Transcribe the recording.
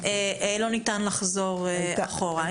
לא ניתן לחזור אחורה.